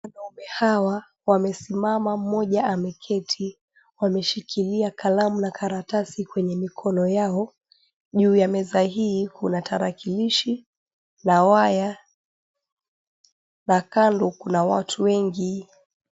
Wanaume hawa wamesimama, mmoja ameketi. Wameshikilia kalamu na karatasi kwenye mikono yao. Juu ya meza hii kuna tarakilishi na waya, na kando kuna watu wengi.